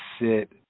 sit